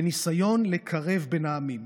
בניסיון לקרב בין העמים.